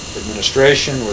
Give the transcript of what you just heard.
administration